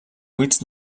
buits